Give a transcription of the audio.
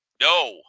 No